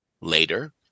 Later